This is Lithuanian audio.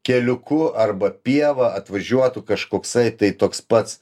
keliuku arba pieva atvažiuotų kažkoksai tai toks pats